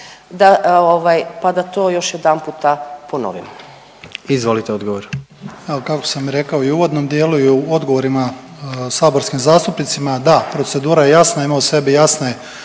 odgovor. **Banožić, Mario (HDZ)** Evo kako sam rekao i u uvodnom dijelu i u odgovorima saborskim zastupnicima, da procedura je jasna ima u sebi jasne